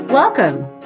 Welcome